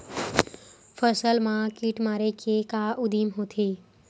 फसल मा कीट मारे के का उदिम होथे?